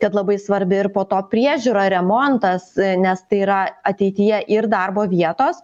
kad labai svarbi ir po to priežiūra remontas nes tai yra ateityje ir darbo vietos